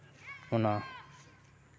ᱚᱱᱟ